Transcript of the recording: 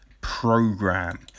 program